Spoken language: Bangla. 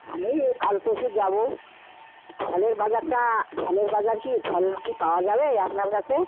আমি এই কাল পরশু যাবো ফলের বাজারটা ফলের বাজার কি ফল কি পাওয়া যাবে আপনার কাছে